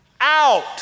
out